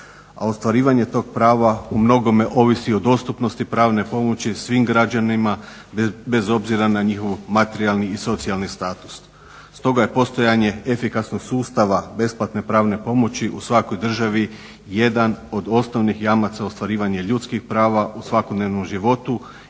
a ostvarivanje tog prava umnogome ovisi o dostupnosti pravne pomoći svim građanima bez obzira na njihov materijalni i socijalni status. Stoga je postojanje efikasnog sustava besplatne pravne pomoći u svakoj državi jedan od osnovnih jamaca ostvarivanje ljudskih prava u svakodnevnom životu